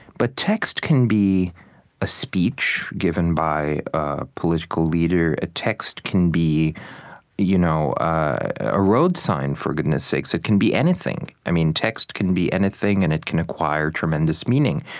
but text can be a speech given by political leader. a text can be you know a road sign, for goodness sakes. it can be anything. i mean, text can be anything, and it can acquire tremendous meaning.